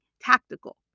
tactical